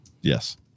Yes